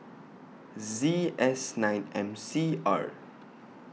Z S nine M C R